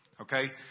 okay